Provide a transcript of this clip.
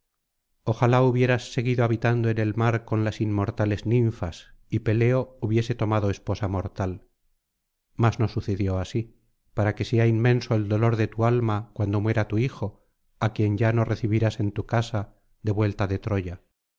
ojalá hubieras seguido habitando en el mar con las inmortales ninfas y peleo hubiese tomado esposa mortal mas no sucedió así para que sea inmenso el dolor de tu alma cuando muera tu hijo á quien ya no recibirás en tu casa de vuelta de troya